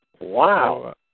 Wow